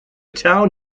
town